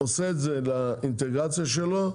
עושה את זה לאינטגרציה שלו,